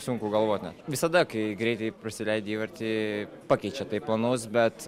sunku galvot net visada kai greitai prasileidi įvartį pakeičia tai planus bet